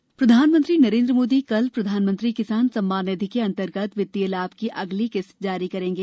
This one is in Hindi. किसान निधि प्रधानमंत्री नरेंद्र मोदी कल प्रधानमंत्री किसान सम्मान निधि के अंतर्गत वित्तीय लाभ की अगली किस्त जारी करेंगे